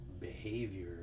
behavior